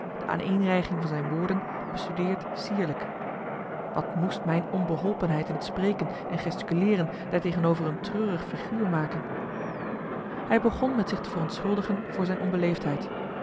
de aaneenrijging van zijn woorden bestudeerd sierlijk wat moest mijn onbeholpenheid in het spreken en gesticuleeren daartegenover een treurig figuur maken marcellus emants een nagelaten bekentenis hij begon met zich te verontschuldigen voor zijn onbeleefdheid